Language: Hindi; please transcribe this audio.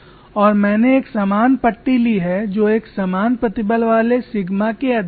और मैंने एक समान पट्टी ली है जो एक समान प्रतिबल वाले सिग्मा के अधीन है